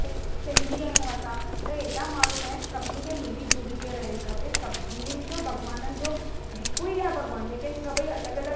सि सिंधी आहियूं असां त हेॾा माण्हू आहिनि सभिनी खे मिली झुली करे रहनि खपे सभिनीनि जो भॻवाननि जो हिकु ई आहे भॻवान लेकिन सभेई अलॻि अलॻि